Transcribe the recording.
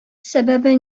сәбәбе